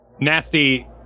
Nasty